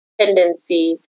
tendency